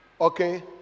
okay